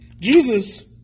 Jesus